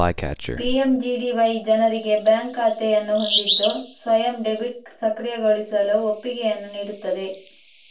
PMGDY ಜನರಿಗೆ bank ಖಾತೆಯನ್ನು ಹೊಂದಿದ್ದು ಸ್ವಯಂ ಡೆಬಿಟ್ ಸಕ್ರಿಯಗೊಳಿಸಲು ಒಪ್ಪಿಗೆಯನ್ನು ನೀಡುತ್ತದೆ